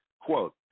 quote